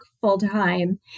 full-time